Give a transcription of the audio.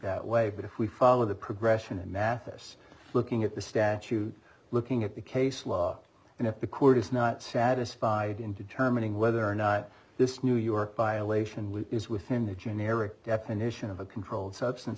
that way but if we follow the progression of mathis looking at the statute looking at the case law and if the court is not satisfied in determining whether or not this new york violation is within the generic definition of a controlled substance